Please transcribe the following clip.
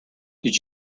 did